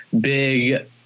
big